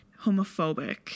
homophobic